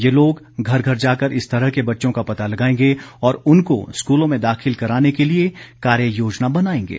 ये लोग घर घर जाकर इस तरह के बच्चों का पता लगाएंगे और उनको स्कूलों में दाखिल कराने के लिए कार्य योजना बनाएंगे